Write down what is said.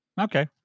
Okay